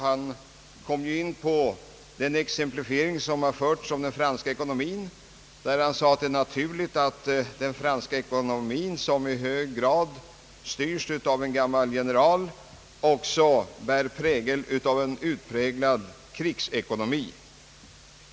Han kom in på den exemplifiering som förts om den franska ekonomin och sade, att det är naturligt att den franska ekonomin, som i hög grad styrs av en gammal general, också liknar en kvardröjande krigsekonomi.